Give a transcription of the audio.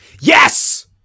Yes